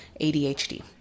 ADHD